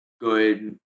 good